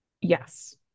Yes